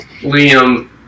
Liam